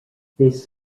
this